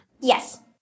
Yes